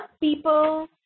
people